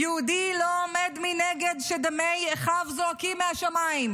יהודי לא עומד מנגד כשדמי אחיו זועקים מהשמיים.